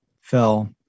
fell